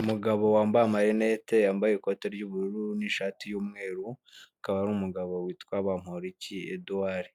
Umugabo wambaye amarinete yambaye ikote ry'ubururu n'ishati y'umweru, akaba ari umugabo witwa Bamporiki Edouard